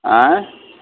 आएँ